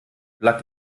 plug